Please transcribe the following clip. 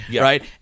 right